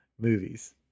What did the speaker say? movies